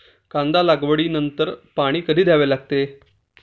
कांदा लागवडी नंतर पाणी कधी द्यावे लागते?